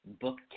Book